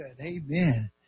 Amen